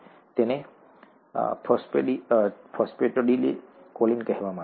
તેને phosphatidyl choline કહેવામાં આવે છે